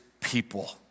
people